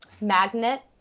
magnet